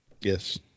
Yes